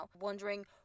wondering